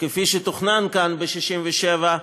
כפי שתוכנן כאן ב-67',